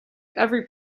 every